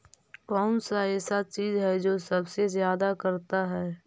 कौन सा ऐसा चीज है जो सबसे ज्यादा करता है?